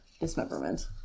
dismemberment